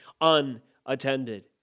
unattended